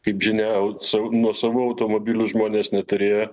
kaip žinia savo nuosavų automobilių žmonės neturėjo